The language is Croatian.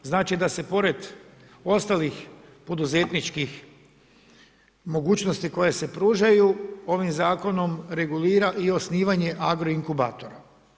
Znači da se pored ostalih poduzetničkih mogućnosti koje se pružaju, ovim zakonom regulira i osnivanje agroinkubatora.